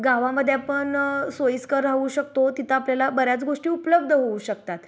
गावामध्ये आपण सोयीस्कर राहू शकतो तिथं आपल्याला बऱ्याच गोष्टी उपलब्ध होऊ शकतात